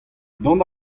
dont